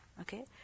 okay